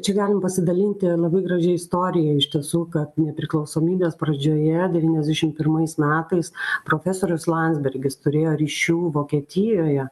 čia galim pasidalinti labai gražia istorija iš tiesų kad nepriklausomybės pradžioje devyniasdešim pirmais metais profesorius landsbergis turėjo ryšių vokietijoje